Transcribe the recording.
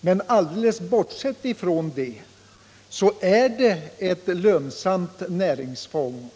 Men alldeles bortsett från det är detta ett lönsamt näringsfång.